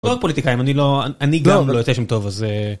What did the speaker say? פוליטיקאים אני לא אני גם לא יודע שם טוב הזה.